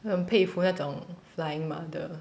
很佩服那种 flying mother